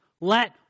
let